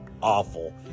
awful